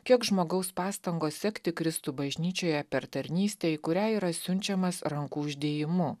kiek žmogaus pastangos sekti kristų bažnyčioje per tarnystę į kurią yra siunčiamas rankų uždėjimu